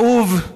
כאוב.